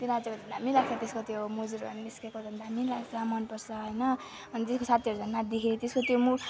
तिनीहरू चाहिँ फेरि दामी लाग्छ त्यसको त्यो मुजुरहरू निस्केको झन् दामी लाग्छ मनपर्छ होइन अनि त्यसको साथीहरूसँग नाच्दाखेरि त्यसको त्यो मु